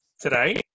today